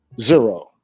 zero